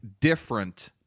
different